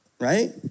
right